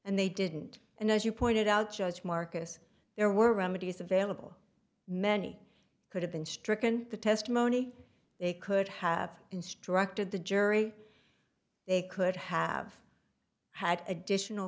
and they didn't and as you pointed out judge marcus there were remedies available many could have been stricken the testimony they could have instructed the jury they could have had additional